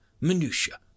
minutiae